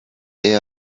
they